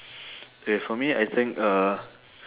K for me I think uh